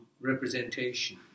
representation